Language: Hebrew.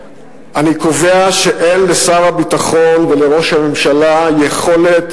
אני קובע שאין לשר הביטחון ולראש הממשלה יכולת,